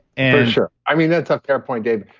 and sure. i mean, that's a fair point, dave.